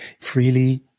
Freely